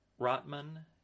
Rotman